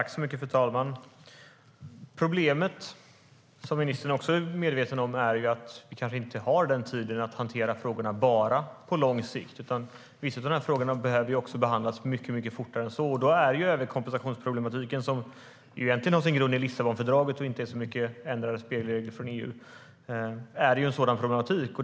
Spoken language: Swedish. Överkompensationsproblematiken, som egentligen har sin grund i Lissabonfördraget och inte handlar så mycket om ändrade spelregler från EU, är en sådan problematik.